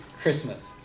Christmas